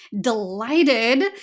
delighted